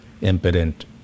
impotent